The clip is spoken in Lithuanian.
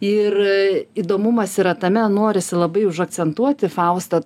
ir įdomumas yra tame norisi labai užakcentuoti fausta